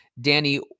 Danny